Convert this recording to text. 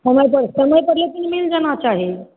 समयपर समयपर लेकिन मिल जाना चाही